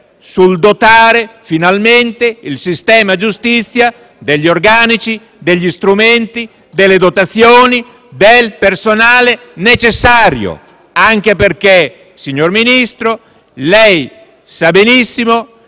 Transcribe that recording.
assicurare finalmente al sistema giustizia gli organici, gli strumenti, le dotazioni e il personale necessario, anche perché, signor Ministro, lei sa benissimo